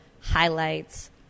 highlights